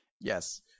Yes